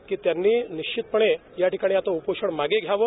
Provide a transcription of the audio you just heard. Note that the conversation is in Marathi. की त्यांनी निश्चितपणे या ठिकाणी आता उपोषण मागे घ्यावं